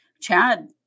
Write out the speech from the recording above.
Chad